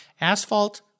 Asphalt